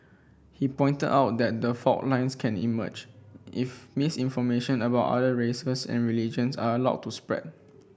he pointed out that the fault lines can emerge if misinformation about other races and religions are allowed to spread